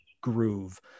groove